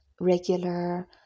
regular